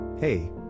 Hey